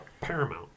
paramount